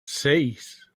seis